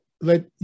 let